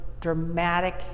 dramatic